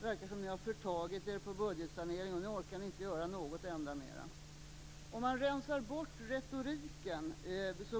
Det verkar som om ni har förtagit er på budgetsaneringen, och nu orkar ni inte göra något enda mer. Om man rensar bort retoriken